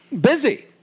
busy